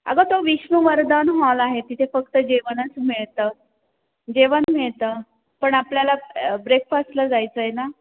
अगं तो विष्णू वरदान हॉल आहे तिथे फक्त जेवणच मिळतं जेवण मिळतं पण आपल्याला ब्रेकफास्टला जायचं आहे ना